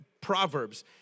Proverbs